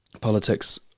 politics